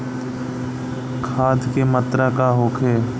खाध के मात्रा का होखे?